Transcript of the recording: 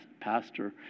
pastor